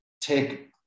take